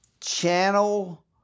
channel